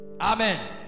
Amen